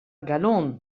galon